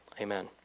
Amen